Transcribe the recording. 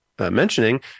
mentioning